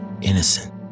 Innocent